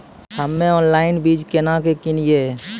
हम्मे ऑनलाइन बीज केना के किनयैय?